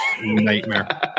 nightmare